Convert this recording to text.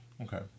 Okay